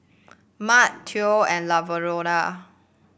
Marc Theo and Lavonda